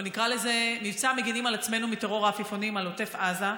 אבל נקרא לזה: מבצע מגינים על עצמנו מטרור העפיפונים על עוטף עזה.